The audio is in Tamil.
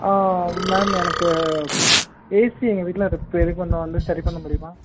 மேம் எனக்கு ஏசி எங்கள் வீட்டில் ரிப்பேரு கொஞ்சம் வந்து சரி பண்ண முடியுமா